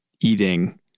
eating